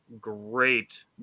great